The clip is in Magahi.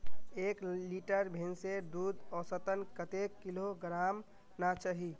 एक लीटर भैंसेर दूध औसतन कतेक किलोग्होराम ना चही?